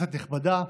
כנסת נכבדה,